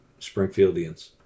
Springfieldians